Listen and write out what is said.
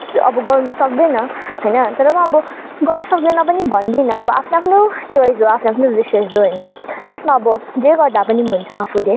त्यो अब गर्नु सक्दैनँ होइन तर पनि अब गर्नु सक्दैनँ पनि भन्दिन अब आफ्नो आफ्नो चाइस हो आफ्नो आफ्नो विसेस हो होइन त्यसमा अब जे गर्दा पनि हुन्छ आफूले